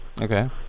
okay